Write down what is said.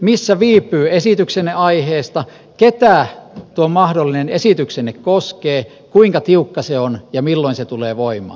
missä viipyy esityksenne aiheesta ketä tuo mahdollinen esityksenne koskee kuinka tiukka se on ja milloin se tulee voimaan